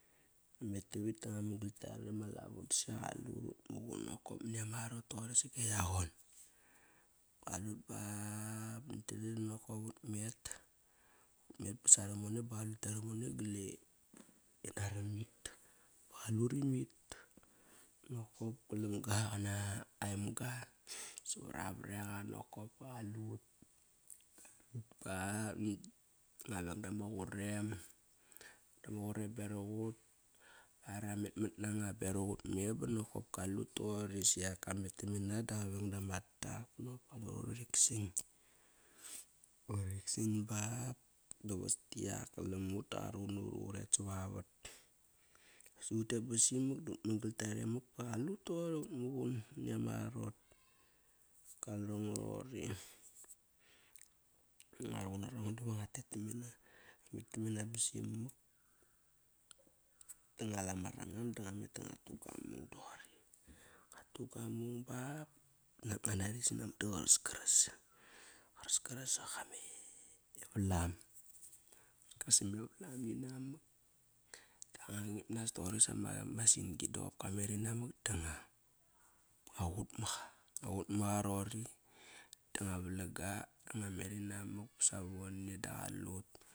Ngua met tavit da ngua man gal kiare ma lavo bisa qalut utmuqun nokop mani ama arot toqori sat e yaqon. Qalut ba bot dangdang dinokop ut met. Utmet ba sara mone ba qalut kiaromone gal e naramit. Ba qalur imit nokop galam ga qana aemga savar a vareqa nokop ba qalut. Nakt a da ngua veng dama qurem dama qurem baraq aut. Are ramat mat nanga beraq ut me ba nokop kalut toqori. Siak kamet tamena da qaveng dama dak but moe urik san. Urik san ba da vas diak galam mut da qaruqun nut iva uret sa vavat. Su utet ba simak dut man gal kiare mak ba qalut toqori ut muqun mani ama arot. Kalengo roqori. Ngua ruqun nara ngo da tet tamena. Ngua tet tamena ba simak da ngua la ma rangam da ngua met da ngua tu gua mung doqori. Ngu tu guamung ba nak ngua nari sinamak da qaraskaras. Qaraskaras saqa me e valam. Karas sa me valam inamak da ngua ngip ras toqori sama sin-gi dop kamer inamak da ngua, qut maqa. Ngua qut maqa roqori da ngua valang ga. Ngua meri namak ba savavone da qalut.